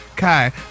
Kai